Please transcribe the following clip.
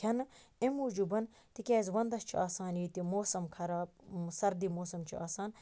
کھیٚنہٕ امہ موٗجُبَن تکیاز وَندَس چھ آسان ییٚتہِ موسَم خَراب سردی موسَم چھُ آسان